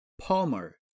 Palmer